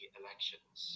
elections